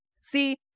see